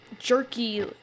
jerky